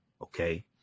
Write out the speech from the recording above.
okay